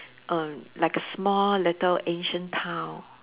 err like a small little ancient town